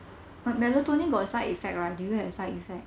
but melatonin got a side effect right do you have a side effect